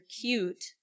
cute